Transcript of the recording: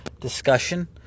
discussion